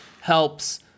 helps